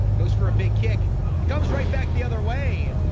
goes for a big kick he comes right back the other way.